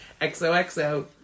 XOXO